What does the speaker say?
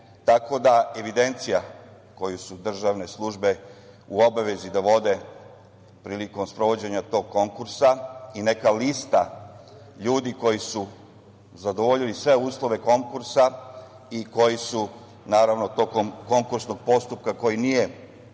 tako da evidencija koju su državne službe u obavezi da vode prilikom sprovođenja tog konkursa i neka lista ljudi koji su zadovoljili sve uslove konkursa i koji su tokom konkursnog postupka koji nije